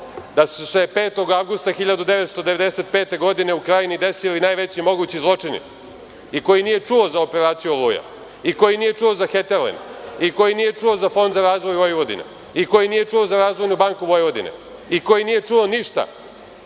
da su se 5. avgusta 1995. godine, u Krajini desili najveći mogući zločini i koji nije čuo za operaciju „Oluja“ i koji nije čuo za „Heterlend“ i koji nije čuo za Fond za razvoj Vojvodine i koji nije čuo za Razvojnu banku Vojvodine i koji nije čuo ništa,